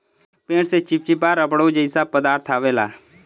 पेड़ से चिप्चिपा रबड़ो जइसा पदार्थ अवेला